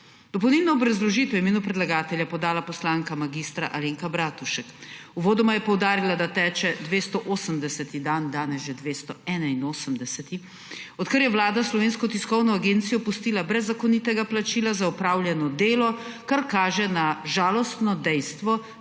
Dopolnilno obrazložitev v imenu predlagatelja je podala poslanka mag. Alenka Bratušek. Uvodoma je poudarila, da teče 280. dan, danes že 281., odkar je Vlada Slovensko tiskovno agencijo pustila brez zakonitega plačila za opravljeno delo, kar kaže na žalostno dejstvo,